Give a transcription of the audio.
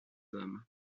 hommes